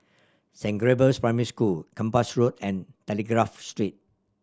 Saint Gabriel's Primary School Kempas Road and Telegraph Street